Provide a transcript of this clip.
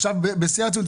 עכשיו בשיא הרצינות.